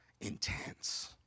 Intense